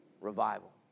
revival